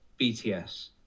bts